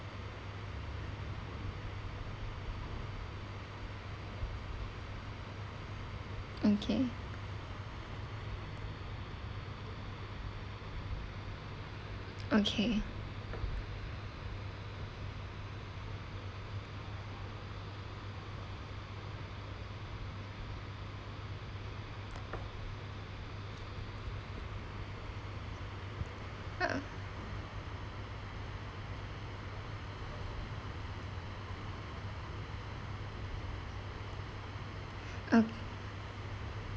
okay okay uh oh